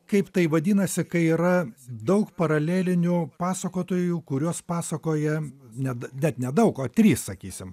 kaip tai vadinasi kai yra daug paralelinių pasakotojų kuriuos pasakoja net net ne daug o trys sakysim